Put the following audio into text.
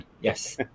yes